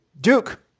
Duke